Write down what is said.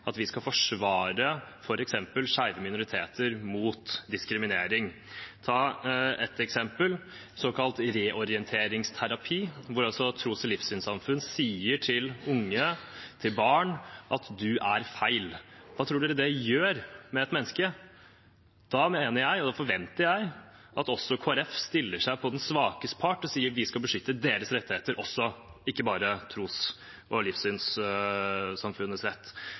at vi skal forsvare f.eks. skeive minoriteter mot diskriminering. La meg ta ett eksempel, såkalt reorienteringsterapi, hvor tros- og livssynssamfunn sier til unge, til barn, at du er feil. Hva tror dere det gjør med et menneske? Da mener jeg – og da forventer jeg – at også Kristelig Folkeparti stiller seg på siden til den svake part og sier at vi skal beskytte deres rettigheter også, ikke bare tros- og livssynssamfunnenes rett.